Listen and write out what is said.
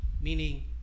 meaning